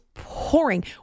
pouring